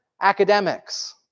academics